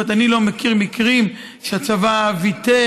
אני לפחות לא מכיר מקרים שהצבא ויתר,